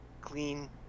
clean